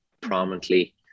prominently